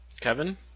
Kevin